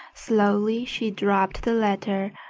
slowly she dropped the letter,